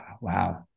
wow